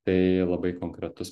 tai labai konkretus